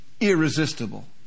irresistible